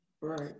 Right